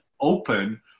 open